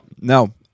No